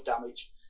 damage